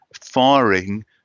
firing